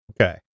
Okay